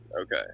okay